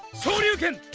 shoryuken.